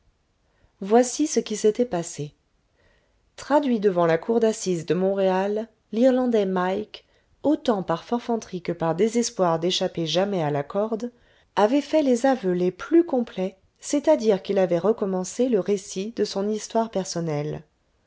voici ce qui s'était passé traduit devant la cour d'assises de montréal l'irlandais mike autant par forfanterie que par désespoir d'échapper jamais à la corde avait fait les aveux les plus complets c'est-à-dire qu'il avait recommencé le récit de son histoire personnelle